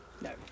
No